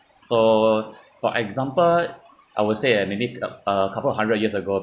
so for example I would say uh we need uh a couple of hundred years ago